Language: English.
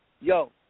yo